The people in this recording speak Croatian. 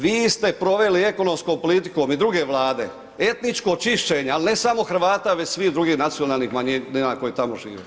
Vi ste proveli ekonomskom politikom i druge Vlade, etničko čišćenje, al ne samo Hrvata već svih drugih nacionalnih manjina koje tamo žive.